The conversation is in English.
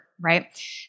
right